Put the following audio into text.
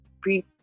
pre